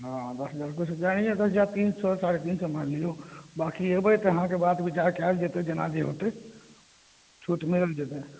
ओ दस हजार किछु रुपैआ एनाहे दस हजार तीन सए साढ़े तीन सए मानि लियौ बाँकि एबै तऽ अहाँके बात बिचार कयल जेतै जेन जे होतै